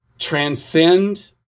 transcend